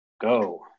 Go